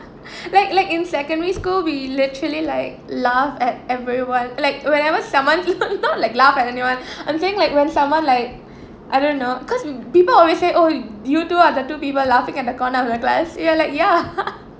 like like in secondary school we literally like laugh at everyone like whenever someone not like laugh at anyone I'm saying like when someone like I don't know cause people always say oh you two are the people laughing at the corner of the class we're like ya